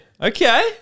Okay